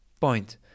point